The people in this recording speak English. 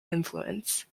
influence